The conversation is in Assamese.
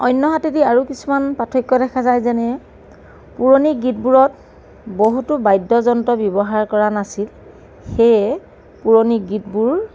অন্যহাতেদি আৰু কিছুমান পাৰ্থক্য দেখা যায় যেনে পুৰণি গীতবোৰত বহুতো বাদ্য যন্ত্ৰ ব্যৱহাৰ কৰা নাছিল সেয়ে পুৰণি গীতবোৰ